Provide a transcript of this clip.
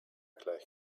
gleich